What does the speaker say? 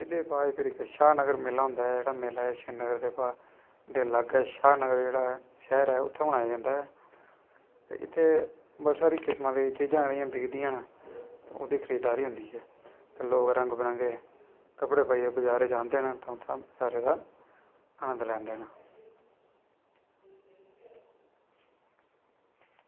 ते एह्दे बाद फ्ही इक्क शाहपुर मेला होंदा ऐ एह् श्रीनगर दे लागै एह् शाहबाद जेह्ड़ा ऐ उत्थें होन जंदा ऐ ते इत्थें बड़ी सारी चीज़ां बिकदियां न ते ओह्दी खरीददारी होंदी ऐ ते लोग रंग बिरंगे कपड़े पाइयै बाज़ार जंदे न ते उत्थें नंद लैंदे न